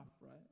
right